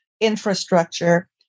infrastructure